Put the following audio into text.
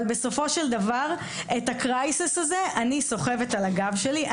אבל בסופו של דבר את הקרייסס הזה אני סוחבת על הגב שלי.